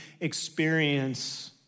experience